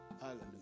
Hallelujah